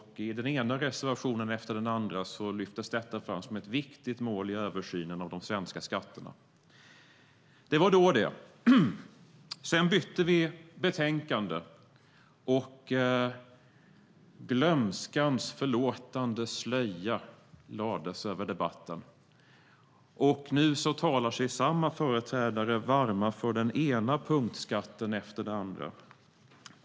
I den ena reservationen efter den andra lyftes detta fram som ett viktigt mål vid översynen av de svenska skatterna. Det var då det. Sedan bytte vi betänkande, och glömskans förlåtande slöja lades över debatten. Nu talar samma företrädare sig varma för den ena punktskatten efter den andra.